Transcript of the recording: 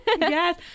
Yes